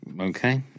okay